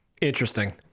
Interesting